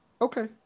Okay